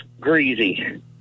greasy